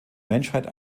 menschheit